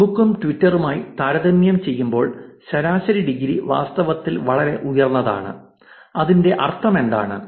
ഫെയ്സ്ബുക്കും ട്വിറ്ററുമായി താരതമ്യം ചെയ്യുമ്പോൾ ശരാശരി ഡിഗ്രി വാസ്തവത്തിൽ വളരെ ഉയർന്നതാണ് അതിന്റെ അർത്ഥമെന്താണ്